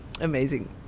amazing